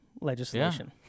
legislation